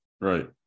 Right